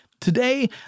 Today